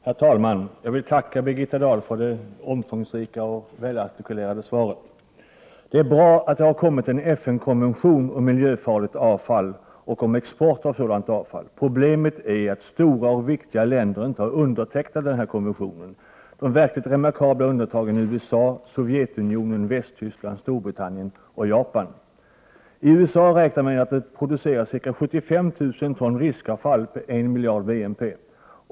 Herr talman! Jag vill tacka Birgitta Dahl för det omfångsrika och välartikulerade svaret. Det är bra att det har kommit en FN-konvention om miljöfarligt avfall och om export av sådant avfall. Problemet är att stora och viktiga länder inte har undertecknat konventionen. De verkligt remarkabla undantagen är USA, Sovjetunionen, Västtyskland, Storbritannien och Japan. I USA räknar man med att det produceras 75 000 ton riskavfall per miljard BNP.